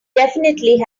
definitely